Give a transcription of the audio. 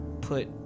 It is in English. put